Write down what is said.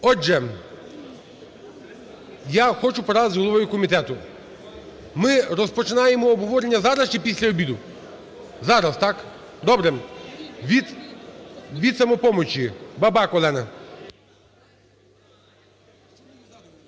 Отже, я хочу порадитись з головою комітету. Ми розпочинаємо обговорення зараз чи після обіду? Зараз, так? Від "Самопомочі" Бабак Олена.